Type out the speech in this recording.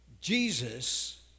Jesus